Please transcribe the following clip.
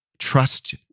Trust